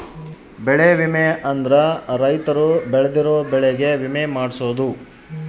ಬೆಳೆ ವಿಮೆ ಅಂದ್ರ ರೈತರು ಬೆಳ್ದಿರೋ ಬೆಳೆ ಗೆ ವಿಮೆ ಮಾಡ್ಸೊದು